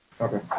okay